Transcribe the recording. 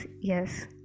yes